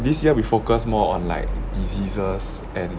this year we focus more on like diseases and